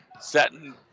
setting